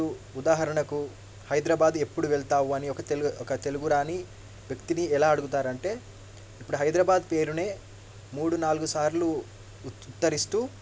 ఇప్పుడు ఉదాహరణకు హైదరాబాద్ ఎప్పుడు వెళ్తావు అని ఒక తెలుగు ఒక తెలుగు రాని వ్యక్తిని ఎలా అడుగుతారు అంటే ఇప్పుడు హైదరాబాద్ పేరుని మూడు నాలుగు సార్లు ఉద్దరిస్తూ